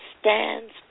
stands